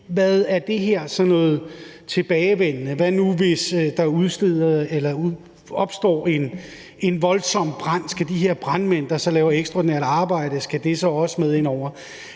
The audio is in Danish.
sådan noget tilbagevendende? Hvad nu, hvis der opstår en voldsom brand, skal ydelserne til de her brandmænd, der så laver ekstraordinært arbejde, også med ind over?